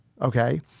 okay